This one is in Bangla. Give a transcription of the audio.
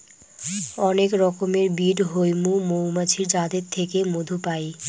অনেক রকমের ব্রিড হৈমু মৌমাছির যাদের থেকে মধু পাই